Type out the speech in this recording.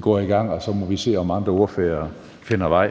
går vi i gang, og så må vi se, om andre ordførere finder vej.